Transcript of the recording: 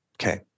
Okay